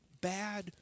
bad